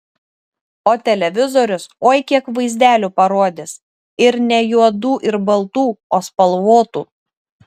o televizorius oi kiek vaizdelių parodys ir ne juodų ir baltų o spalvotų